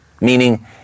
meaning